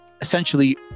essentially